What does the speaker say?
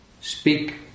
speak